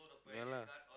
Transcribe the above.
ya lah